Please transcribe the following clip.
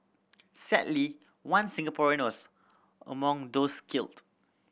sadly one Singaporean was among those killed